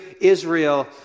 Israel